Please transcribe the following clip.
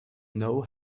know